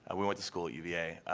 ah we went to school at uva,